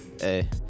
hey